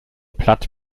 platt